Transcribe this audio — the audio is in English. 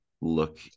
look